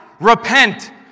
repent